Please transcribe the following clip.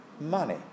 money